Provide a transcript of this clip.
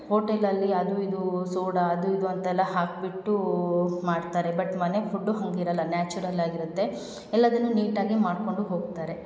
ಹೋಟೆಲಲ್ಲಿ ಅದು ಇದು ಸೋಡಾ ಅದು ಇದು ಅಂತೆಲ್ಲ ಹಾಕಿಬಿಟ್ಟು ಮಾಡ್ತಾರೆ ಬಟ್ ಮನೆ ಫುಡ್ಡು ಹಾಗಿರಲ್ಲ ನ್ಯಾಚುರಲ್ಲಾಗಿರುತ್ತೆ ಎಲ್ಲದನ್ನೂ ನೀಟಾಗಿ ಮಾಡಿಕೊಂಡು ಹೋಗ್ತಾರೆ